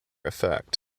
effect